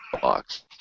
box